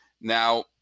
now